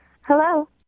Hello